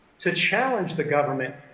to challenge the government,